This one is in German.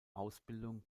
ausbildung